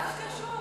מה זה קשור?